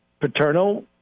paternal